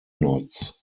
knots